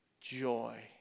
joy